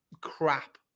crap